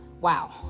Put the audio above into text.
wow